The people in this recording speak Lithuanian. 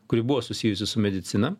kuri buvo susijusi su medicina